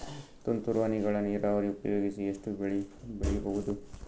ತುಂತುರು ಹನಿಗಳ ನೀರಾವರಿ ಉಪಯೋಗಿಸಿ ಎಷ್ಟು ಬೆಳಿ ಬೆಳಿಬಹುದು?